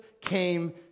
came